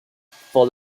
for